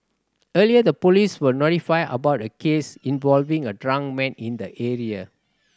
earlier the police were notified about a case involving a drunk man in the area